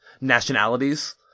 nationalities